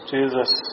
Jesus